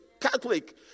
Catholic